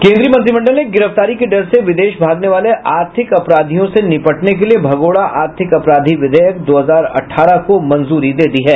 केंद्रीय मंत्रिमंडल ने गिरफ्तारी के डर से विदेश भागने वाले आर्थिक अपराधियों से निपटने के लिए भगोड़ा आर्थिक अपराधी विधेयक दो हजार अठारह को मंजूरी दे दी है